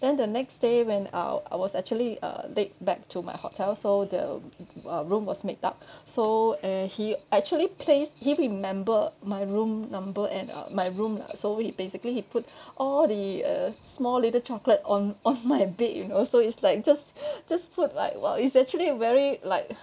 then the next day when I I was actually uh late back to my hotel so the uh room was made up so and he actually place he remember my room number and uh my room lah so he basically he put all the uh small little chocolate on on my bed you know so it's like just just put like !wah! it's actually very like